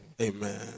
Amen